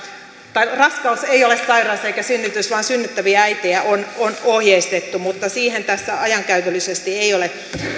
tai raskaus ei ole sairaus eikä synnytys vaan synnyttäviä äitejä on on ohjeistettu mutta siihen tässä ajankäytöllisesti ei ole